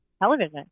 television